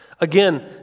Again